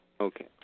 Okay